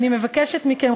אני מבקשת מכם,